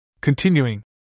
Continuing